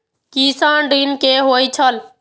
किसान ऋण की होय छल?